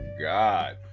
god